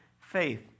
faith